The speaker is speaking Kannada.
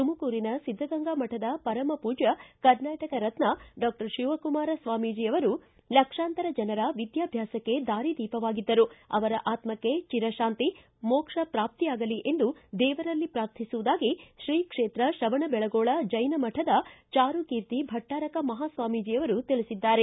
ತುಮಕೂರಿನ ಸಿದ್ಧಗಂಗಾ ಮಠದ ಪರಮ ಪೂಜ್ಯ ಕರ್ನಾಟಕ ರತ್ನ ಡಾಕ್ವರ್ ಶ್ರೀ ಶಿವಕುಮಾರ ಸ್ವಾಮೀಜಿ ಅವರು ಲಕ್ಷಾಂತರ ಜನರ ವಿದ್ಯಾಭ್ಯಾಸಕ್ಕೆ ದಾರಿದೀಪವಾಗಿದ್ದರು ಅವರ ಆತ್ಮಕ್ಷ ಚಿರತಾಂತಿ ಮೋಕ್ಷ ಪಾಪ್ತಿಯಾಗಲಿ ಎಂದು ದೇವರಲ್ಲಿ ಪ್ರಾರ್ಥಿಸುವುದಾಗಿ ಶ್ರೀಕ್ಷೇತ್ರ ಶ್ರವಣ ದೆಳಗೊಳ ಜೈನ ಮಠದ ಚಾರುಕೀರ್ತಿ ಭಟ್ಟಾರಕ ಮಹಾಸ್ವಾಮಿಜಿಯವರು ತಿಳಿಸಿದ್ದಾರೆ